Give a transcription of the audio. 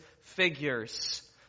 figures